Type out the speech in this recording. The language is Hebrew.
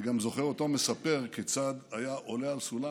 אני גם זוכר אותו מספר כיצד היה עולה על סולם,